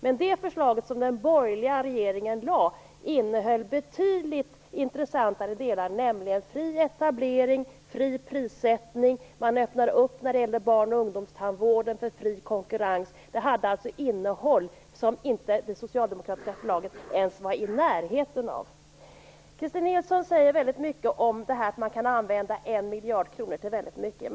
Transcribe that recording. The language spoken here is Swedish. Men det förslag som den borgerliga regeringen lade fram innehöll betydligt intressantare delar, nämligen fri etablering, fri prissättning och man öppnade upp för fri konkurrens när det gällde barn och ungdomstandvården. Det förslaget hade alltså ett innehåll som det socialdemokratiska förslaget inte ens var i närheten av. Christin Nilsson säger att man kan använda en miljard kronor till väldigt mycket.